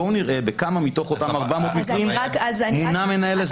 בואו נראה בכמה מתוך אותם 400 מקרים מונה מנהל הסדר ובכמה לא.